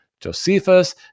josephus